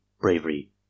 bravery